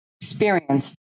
experienced